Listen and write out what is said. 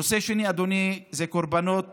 נושא שני, אדוני, זה קורבנות